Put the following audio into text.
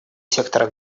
сектора